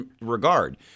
regard